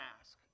ask